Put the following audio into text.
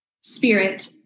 spirit